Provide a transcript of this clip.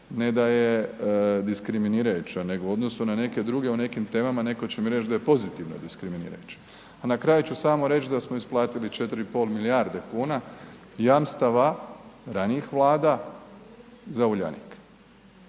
ne da je nediskriminirajuća, nego u odnosu na neke druge, u nekim temama netko će mi reći da je pozitivno diskriminirajuća. A na kraju ću samo reći da smo isplatili 4,5 milijarde kuna jamstava ranijih vlada za Uljanik.